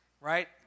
right